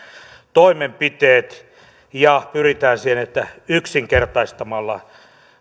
toimenpiteet ja pyritään siihen että yksinkertaistamalla